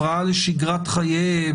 הפרעה לשגרת חייהם,